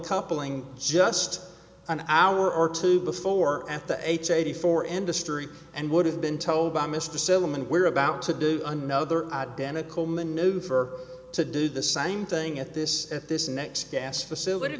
coupling just an hour or two before at the eighty four end of story and would have been told by mr stillman we're about to do another identical maneuver to do the same thing at this at this next gas facility